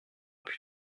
plus